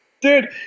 dude